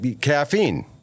caffeine